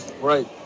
Right